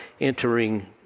entering